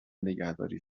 نگهداری